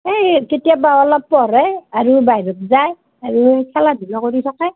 এই কেতিয়াবা অলপ পঢ়ে আৰু বাহিৰত যায় আৰু খেলা ধূলা কৰি থাকে